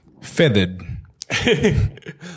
Feathered